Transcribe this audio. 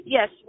Yes